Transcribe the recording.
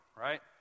right